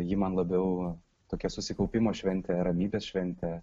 ji man labiau tokia susikaupimo šventė ramybės šventė